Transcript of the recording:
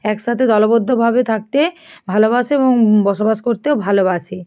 একসাথে দলবদ্ধভাবে থাকতে ভালোবাসে এবং বসবাস করতেও ভালোবাসে